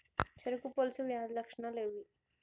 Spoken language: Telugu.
చెరుకు పొలుసు వ్యాధి లక్షణాలు ఏవి?